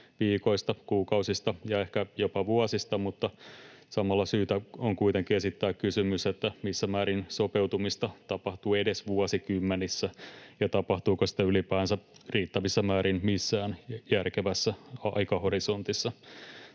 viikoista, kuukausista ja ehkä jopa vuosista, mutta samalla syytä on kuitenkin esittää kysymys, missä määrin sopeutumista tapahtuu edes vuosikymmenissä ja tapahtuuko sitä ylipäänsä riittävissä määrin missään järkevässä aikahorisontissa.